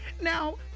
Now